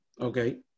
Okay